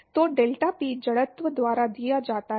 तो डेल्टापी जड़त्व द्वारा दिया जाता है